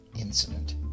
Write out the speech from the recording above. incident